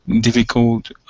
difficult